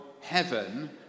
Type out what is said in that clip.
heaven